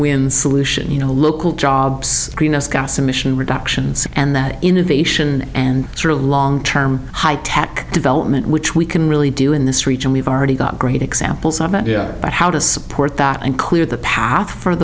when solution you know local jobs greenhouse gas emission reductions and innovation and sort of long term high tech development which we can really do in this region we've already got great examples of how to support that and clear the path for